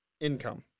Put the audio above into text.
income